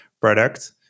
product